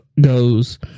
goes